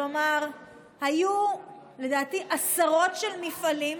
כלומר היו לדעתי עשרות של מפעלים,